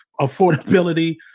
affordability